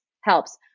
helps